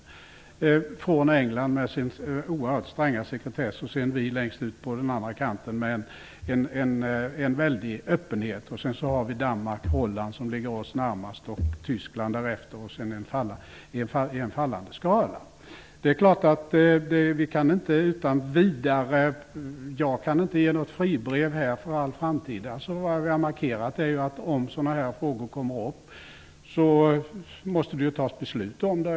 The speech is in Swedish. I ena kanten finns England med sin oerhört stränga sekretess och längst ut på den andra kanten ligger Sverige med en väldig öppenhet. Danmark och Holland ligger oss närmast. Därefter kommer Tyskland och de övriga länderna i en fallande skala. Det är klart att jag inte kan ge något fribrev för all framtid. Om sådana här frågor kommer upp, måste det fattas beslut i dem.